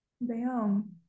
Bam